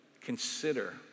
consider